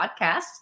podcast